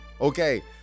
Okay